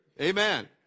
Amen